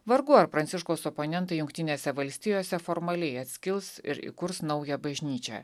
vargu ar pranciškaus oponentai jungtinėse valstijose formaliai atskils ir įkurs naują bažnyčią